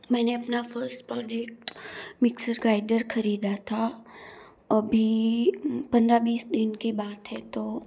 मैंने अपना first product mixer grinder ख़रीदा था अभी पन्द्रह बीस दिन के बात है तो